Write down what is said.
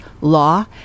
law